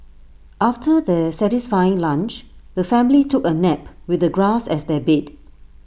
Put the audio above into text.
after their satisfying lunch the family took A nap with the grass as their bed